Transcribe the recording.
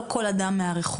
זה לא כל אדם מהרחוב,